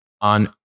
on